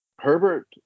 Herbert